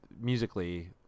musically